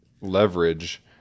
leverage